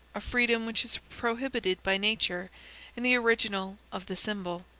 a freedom which is prohibited by nature in the original of the symbol.